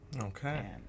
Okay